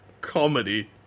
Comedy